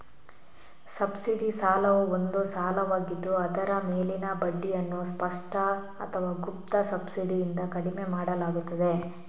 subsidy ಸಾಲವು ಒಂದು ಸಾಲವಾಗಿದ್ದು ಅದರ ಮೇಲಿನ ಬಡ್ಡಿಯನ್ನು ಸ್ಪಷ್ಟ ಅಥವಾ ಗುಪ್ತ ಸಬ್ಸಿಡಿಯಿಂದ ಕಡಿಮೆ ಮಾಡಲಾಗುತ್ತದೆ